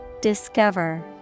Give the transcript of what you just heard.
Discover